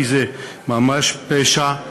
כי זה ממש פשע,